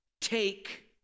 take